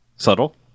Subtle